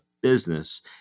business